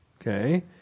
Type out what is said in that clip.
okay